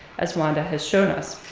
as wanda has shown us.